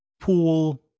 pool